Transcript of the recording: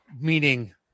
meaning